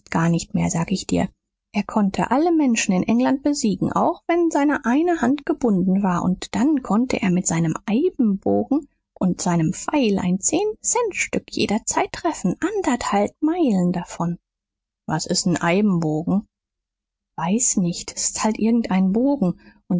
gar nicht mehr sag ich dir er konnte alle menschen in england besiegen auch wenn seine eine hand gebunden war und dann konnte er mit seinem eibenbogen und seinem pfeil ein zehn centstück jederzeit treffen anderthalb meilen davon was ist n eibenbogen weiß nicht s ist halt irgend ein bogen